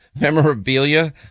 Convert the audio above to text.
memorabilia